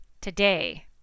today